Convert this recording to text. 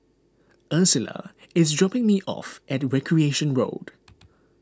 Ursula is dropping me off at Recreation Road